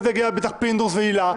כן יגיע הזמן של פינדרוס והילה וזאן.